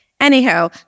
Anyhow